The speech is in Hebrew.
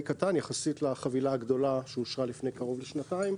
קטן יחסית לחבילה הגדולה שאושרה לפני קרוב לשנתיים.